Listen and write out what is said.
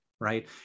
right